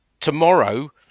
Tomorrow